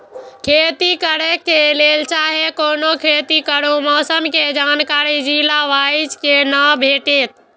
खेती करे के लेल चाहै कोनो खेती करू मौसम के जानकारी जिला वाईज के ना भेटेत?